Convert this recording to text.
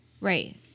Right